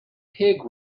pig